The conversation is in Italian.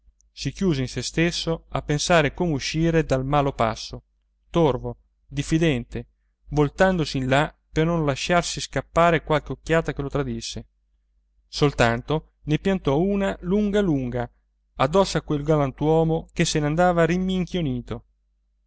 si chiuse in sè stesso a pensare come uscire dal malo passo torvo diffidente voltandosi in là per non lasciarsi scappare qualche occhiata che lo tradisse soltanto ne piantò una lunga lunga addosso a quel galantuomo che se ne andava